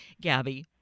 Gabby